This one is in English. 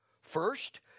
First